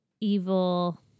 evil